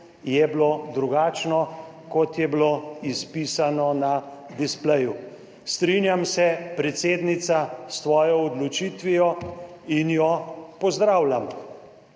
je bilo drugačno, kot je bilo izpisano na displeju. Strinjam se, predsednica, s tvojo odločitvijo in jo pozdravljam.